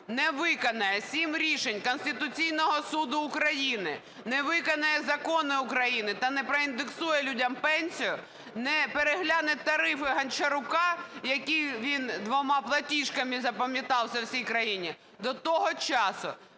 не виконає сім рішень Конституційного Суду України, не виконає закони України та не проіндексує людям пенсії, не перегляне тарифи Гончарука, які він двома платіжками запам'ятався всій країні, до того часу